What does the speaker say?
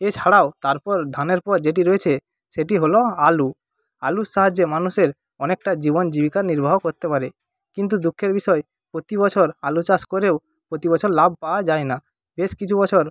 এছাড়াও তারপর ধানের পর যেটি রয়েছে সেটি হল আলু আলুর সাহায্যে মানুষের অনেকটা জীবন জীবিকা নির্বাহ করতে পারে কিন্তু দুঃখের বিষয় প্রতি বছর আলু চাষ করেও প্রতি বছর লাভ পাওয়া যায় না বেশ কিছু বছর